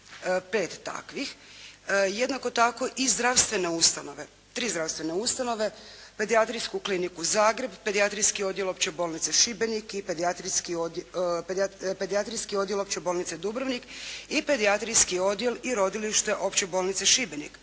pet takvih. Jednako tako i zdravstvene ustanove, tri zdravstvene ustanove: Pedijatrijsku kliniku Zagreb, Pedijatrijski odjel Opće bolnice Šibenik i Pedijatrijski odjel Opće bolnice Dubrovnik i Pedijatrijski odjel i rodilište Opće bolnice Šibenik